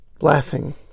laughing